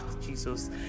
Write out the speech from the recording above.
jesus